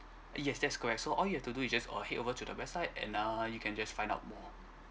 yes that's correct so all you have to do is just or head over to the website and err you can just find out more